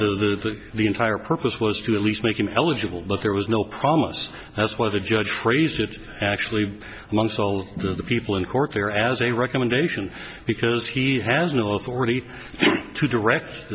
that the entire purpose was to at least make him eligible but there was no promise that's why the judge phrased it actually amongst all of the people in corker as a recommendation because he has no authority to direct